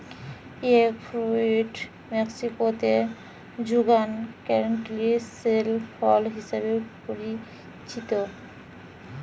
egg fruit মেক্সিকোতে যুগান canistel ফল হিসেবে পরিচিত